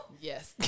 Yes